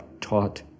taught